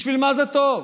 בשביל מה זה טוב?